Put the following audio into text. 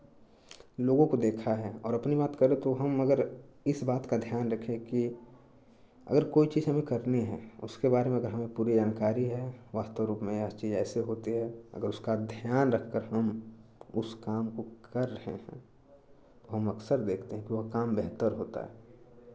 लोगों को देखा है और अपनी बात करें तो हम अगर इस बात का ध्यान रखें कि अगर कोई चीज़ हमें करनी है उसके बारे में अगर हमें पूरी जानकारी है वास्तव रूप में यह चीज़ ऐसे होती है अगर उसका ध्यान रखकर हम उस काम को कर रहे हैं तो हम अक्सर देखते हैं कि वह काम बेहतर होता है